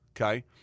okay